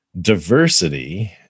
diversity